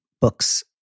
books